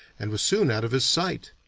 and was soon out of his sight.